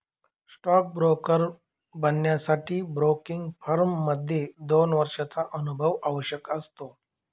stock broker बनण्यासाठी broking firm मध्ये दोन वर्षांचा अनुभव आवश्यक असतो